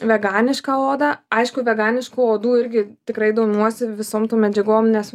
veganišką odą aišku veganiškų odų irgi tikrai domiuosi visom tom medžiagom nes